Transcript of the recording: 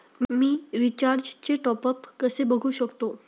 मी रिचार्जचे टॉपअप कसे बघू शकतो?